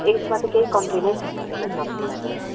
यसमा चाहिँ केही कम्प्लेन नै छैन मेरो सब्जीमा चाहिँ